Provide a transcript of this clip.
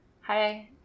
Hi